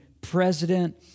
president